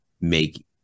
make